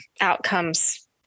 outcomes